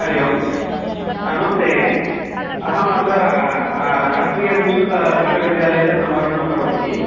हरिः ओं नमस्ते अहम् अत्र राष्ट्रियसंस्कृतविश्वविद्यालयतः सम्भाषणं करोमि